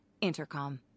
Intercom